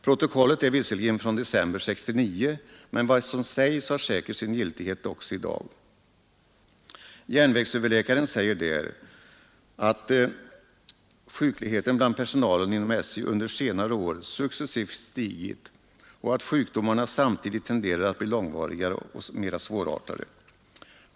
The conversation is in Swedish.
Protokollet är visserligen från december 1969, men vad som sägs har säkert sin giltighet också i dag. Järnvägsöverläkaren säger där att sjukligheten bland personalen inom SJ under senare år successivt stigit och att sjukdomarna samtidigt tenderar att bli långvarigare och mer svårartade.